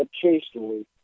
occasionally